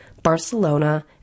Barcelona